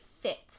fits